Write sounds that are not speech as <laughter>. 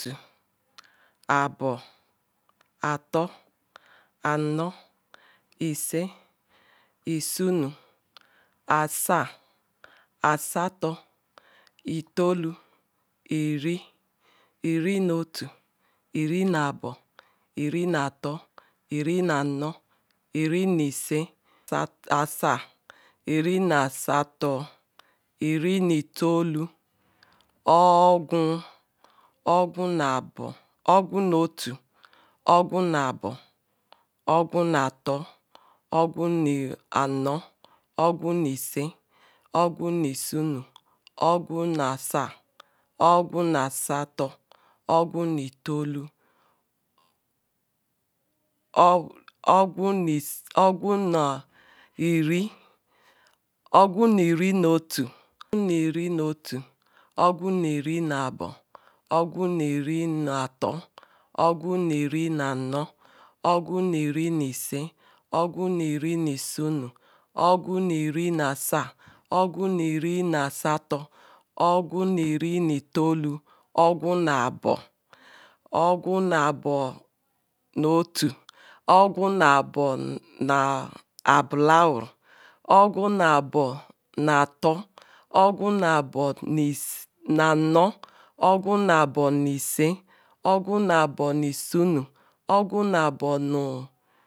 Otu ogwu nato abo ogwu mano ato ogwu nu isia ano ogwu nu isenu isie ogwu nu asa isunu Ogwu nu asato asa Ogwu nu etolu asato Ogwu nu irie etolu Ogwu nu irie nu otu eri Ogwu nu irie nu riena obo eri rota Ogwu nu rinato eri ra abo Ogwu nu rina ono eri re ato Ogwu nu rinu isie erina aro Ogwu nu rinu isienu erina isi Ogwu nu rina asa <hesitation> ogwu nu rira asa asato arina asato ogwu na rinu erinu etolu etolu ogwu ogwune abo ogwunu otu ogwura abo nu ogwu na abo otu ogwu na abulara ogwu ne abo na ato ogwu ne abu na ano ogwu na abo nu isie ogwu na abo nu isienu